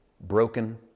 broken